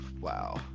Wow